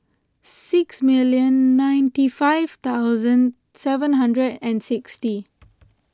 six million ninety five thousand seven hundred and sixty